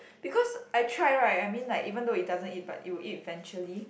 because I tried right I mean like even though it doesn't eat but it would eat eventually